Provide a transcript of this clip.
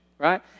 Right